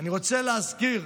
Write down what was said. אני רוצה להזכיר